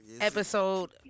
Episode